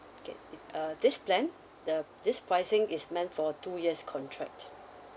okay uh this plan the this pricing is meant for two years contract